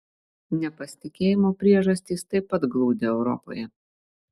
nepasitikėjimo priežastys taip pat glūdi europoje